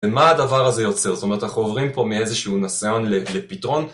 ומה הדבר הזה יוצר? זאת אומרת, אנחנו עוברים פה מאיזשהו נסיון לפתרון?